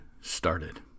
started